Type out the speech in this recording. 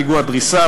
פיגוע דריסה,